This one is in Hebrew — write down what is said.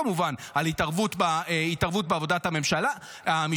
כמובן: על התערבות בעבודת המשטרה,